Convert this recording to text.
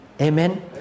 Amen